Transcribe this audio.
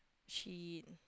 she